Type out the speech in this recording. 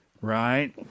Right